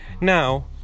Now